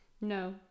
No